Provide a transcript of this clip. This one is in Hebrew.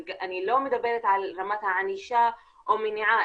אני לא מדברת על רמת הענישה או מניעה,